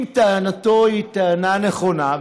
אם טענתו היא טענה נכונה,